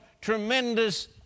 tremendous